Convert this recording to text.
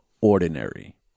ordinary